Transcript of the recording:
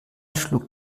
schlug